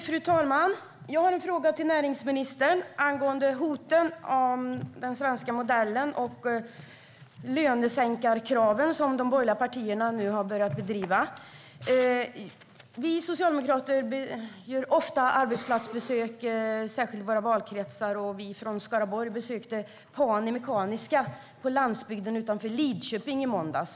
Fru talman! Jag har en fråga till näringsministern angående hoten mot den svenska modellen och de lönesänkarkrav de borgerliga partierna nu har börjat driva. Vi socialdemokrater gör ofta arbetsplatsbesök, särskilt i våra valkretsar. Vi från Skaraborg besökte Pani Mekaniska på landsbygden utanför Lidköping i måndags.